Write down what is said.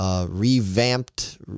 Revamped